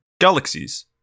Galaxies